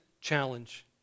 challenge